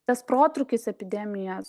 tas protrūkis epidemijos